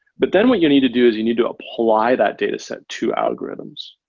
but then what you need to do is you need to apply that dataset to algorithms.